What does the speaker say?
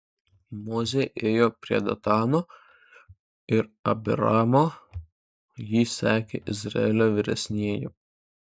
mozė ėjo prie datano ir abiramo jį sekė izraelio vyresnieji